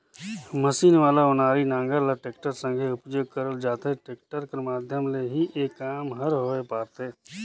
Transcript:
machine वाला ओनारी नांगर ल टेक्टर संघे उपियोग करल जाथे, टेक्टर कर माध्यम ले ही ए काम हर होए पारथे